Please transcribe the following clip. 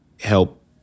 help